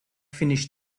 finished